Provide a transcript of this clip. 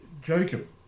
jacob